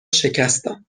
شکستم